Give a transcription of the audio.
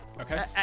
Okay